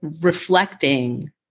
reflecting